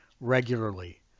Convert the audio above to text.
regularly